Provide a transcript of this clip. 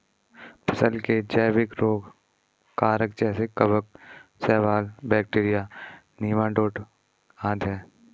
फसल के जैविक रोग कारक जैसे कवक, शैवाल, बैक्टीरिया, नीमाटोड आदि है